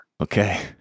Okay